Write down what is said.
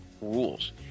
rules